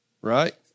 Right